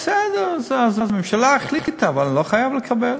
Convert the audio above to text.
בסדר, אז הממשלה החליטה, אבל אני לא חייב לקבל.